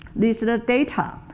these are the data.